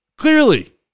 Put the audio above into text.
Clearly